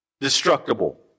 destructible